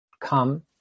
come